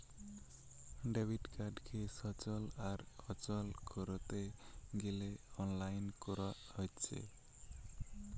debit কার্ডকে সচল আর অচল কোরতে গ্যালে অনলাইন কোরা হচ্ছে